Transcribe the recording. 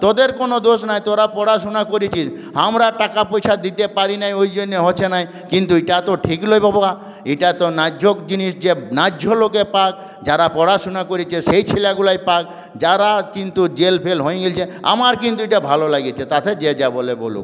তোদের কোনও দোষ নেই তোরা পড়াশুনা করেছিস আমরা টাকা পয়সা দিতে পারি নিই ওই জন্যে হচ্ছে না কিন্তু এটা তো ঠিক নয় বাবা এটা তো ন্যায্য জিনিস যে ন্যায্য লোকে পাক যারা পড়াশুনা করেছে সেই ছেলাগুলোই পাক যারা কিন্তু জেল ফেল হয়ে গেছে আমার কিন্তু এটা ভালো লেগেছে তাতে যে যা বলে বলুক